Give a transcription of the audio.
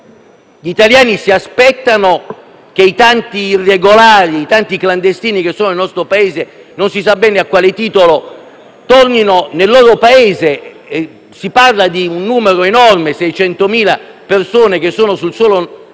gli italiani si aspettano che i tanti irregolari e clandestini che sono nel nostro Paese - non si sa bene a quale titolo - tornino nel loro Paese. Si parla di un numero enorme: 600.000 persone sono sul suolo